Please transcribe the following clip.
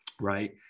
Right